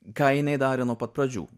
ką jinai darė nuo pat pradžių